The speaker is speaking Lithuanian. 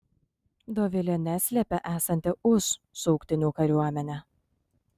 dovilė neslepia esanti už šauktinių kariuomenę